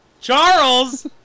Charles